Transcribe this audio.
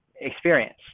experience